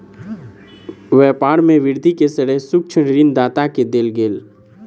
व्यापार में वृद्धि के श्रेय सूक्ष्म ऋण दाता के देल गेल